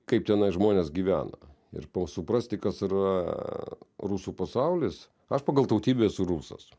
kaip tenai žmonės gyvena ir suprasti kas yra rusų pasaulis aš pagal tautybę esu rusas